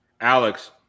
Alex